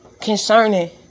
concerning